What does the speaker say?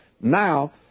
Now